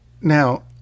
Now